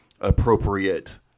appropriate